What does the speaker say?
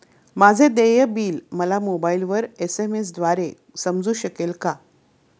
माझे देय बिल मला मोबाइलवर एस.एम.एस द्वारे समजू शकेल का?